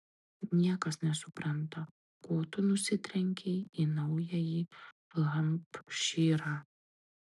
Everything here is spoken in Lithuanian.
niekas nesupranta ko tu nusitrenkei į naująjį hampšyrą